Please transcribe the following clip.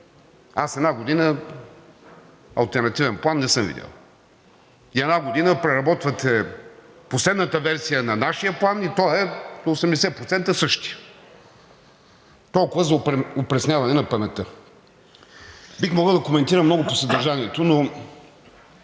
Аз една година алтернативен план не съм видял и една година преработвате последната версия на нашия план, и той е 80% същият. Толкова за опресняване на паметта. Бих могъл да коментирам много по съдържанието, но